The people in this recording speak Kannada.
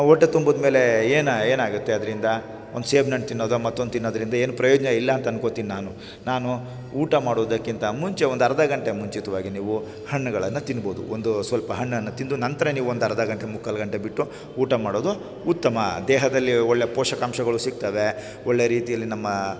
ಹೊಟ್ಟೆ ತುಂಬಿದ್ಮೇಲೆ ಏನಾ ಏನಾಗುತ್ತೆ ಅದರಿಂದ ಒಂದು ಸೇಬಿನ ಹಣ್ ತಿನ್ನೋದೋ ಮತ್ತೊಂದು ತಿನ್ನೋದರಿಂದ ಏನು ಪ್ರಯೋಜನ ಇಲ್ಲಾಂತ ಅನ್ಕೋತೀನಿ ನಾನು ನಾನು ಊಟ ಮಾಡೋದಕ್ಕಿಂತ ಮುಂಚೆ ಒಂದರ್ಧ ಗಂಟೆ ಮುಂಚಿತವಾಗಿ ನೀವು ಹಣ್ಣುಗಳನ್ನು ತಿನ್ಬೋದು ಒಂದು ಸ್ವಲ್ಪ ಹಣ್ಣನ್ನು ತಿಂದು ನಂತರ ನೀವು ಒಂದರ್ಧ ಗಂಟೆ ಮುಕ್ಕಾಲು ಗಂಟೆ ಬಿಟ್ಟು ಊಟ ಮಾಡೋದು ಉತ್ತಮ ದೇಹದಲ್ಲಿ ಒಳ್ಳೆ ಪೋಷಕಾಂಶಗಳು ಸಿಗ್ತವೆ ಒಳ್ಳೆ ರೀತಿಯಲ್ಲಿ ನಮ್ಮ